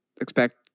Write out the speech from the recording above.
expect